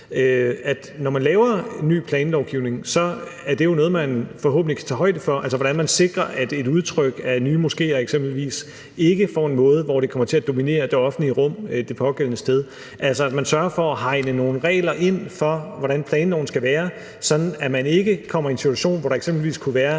når man laver en ny planlovgivning, er det noget, man forhåbentlig kan tage højde for, altså hvordan man sikrer, at nye moskéers udtryk eksempelvis ikke bliver sådan, at det kommer til at dominere det offentlige rum det pågældende sted, og at man altså sørger for at hegne nogle regler ind for, hvordan planloven skal være, sådan at man ikke kommer i en situation, hvor der eksempelvis kunne være